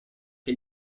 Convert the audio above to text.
che